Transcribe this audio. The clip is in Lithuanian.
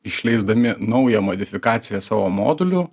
išleisdami naują modifikaciją savo modulių